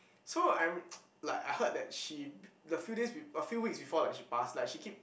so I'm like I heard that she the few days we a few weeks before like she passed like she keep